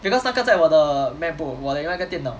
because 那个在我的 macbook 我的那个电脑